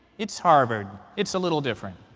it's harvard. it's a little different.